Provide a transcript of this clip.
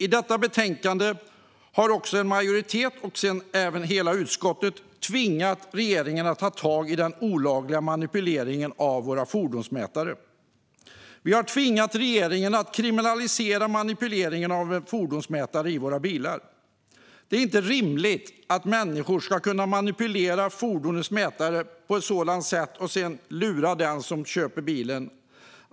I detta betänkande har en majoritet och sedan hela utskottet tvingat regeringen att ta tag i den olagliga manipuleringen av våra fordonsmätare. Vi har tvingat regeringen att kriminalisera manipulering av fordonsmätare i våra bilar. Det är inte rimligt att människor ska kunna manipulera fordonsmätare för att på så sätt lura den som köper bilen.